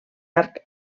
arc